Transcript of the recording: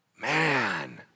Man